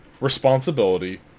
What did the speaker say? responsibility